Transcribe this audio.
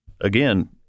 again